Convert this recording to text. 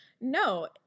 No